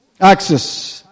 Access